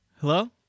Hello